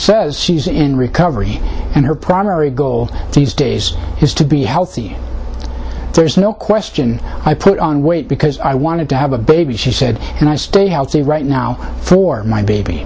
says she's in recovery and her primary goal these days is to be healthy there's no question i put on weight because i wanted to have a baby she said and i stay healthy right now for my baby